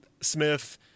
Smith